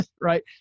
Right